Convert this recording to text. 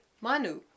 Manu